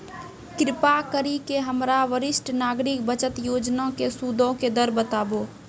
कृपा करि के हमरा वरिष्ठ नागरिक बचत योजना के सूदो के दर बताबो